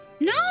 No